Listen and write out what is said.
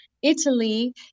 Italy